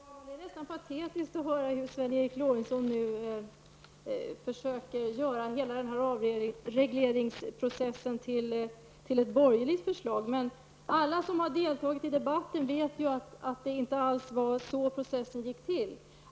Fru talman! Det är nästan patetiskt att höra hur Sven Eric Lorentzon försöker göra hela avregleringsprocessen till ett borgerligt förslag. Alla som har deltagit i debatten vet ju att det inte alls var så processen gick till.